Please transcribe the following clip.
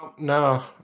No